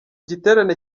giterane